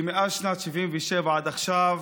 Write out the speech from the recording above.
שמאז שנת 77' עד עכשיו,